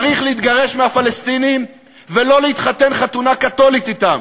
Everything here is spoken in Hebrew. צריך להתגרש מהפלסטינים ולא להתחתן חתונה קתולית אתם.